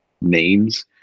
names